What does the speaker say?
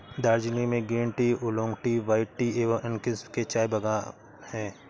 दार्जिलिंग में green tea, oolong tea, white tea एवं अन्य किस्म के चाय के बागान हैं